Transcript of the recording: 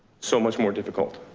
so much more difficult.